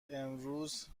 امروز